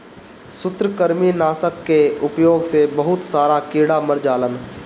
सूत्रकृमि नाशक कअ उपयोग से बहुत सारा कीड़ा मर जालन